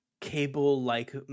cable-like